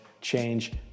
change